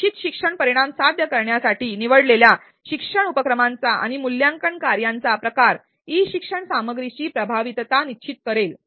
इच्छित शिक्षण परिणाम साध्य करण्यासाठी निवडलेल्या शिक्षण उपक्रमांचा आणि मूल्यांकन कार्यांचा प्रकार ई शिक्षण सामग्रीची प्रभावीतता निश्चित करेल